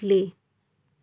play